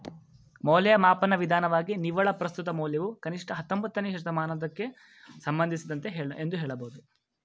ಮೌಲ್ಯಮಾಪನ ವಿಧಾನವಾಗಿ ನಿವ್ವಳ ಪ್ರಸ್ತುತ ಮೌಲ್ಯವು ಕನಿಷ್ಠ ಹತ್ತೊಂಬತ್ತನೇ ಶತಮಾನದಕ್ಕೆ ಸಂಬಂಧಿಸಿದೆ ಎಂದು ಹೇಳಬಹುದು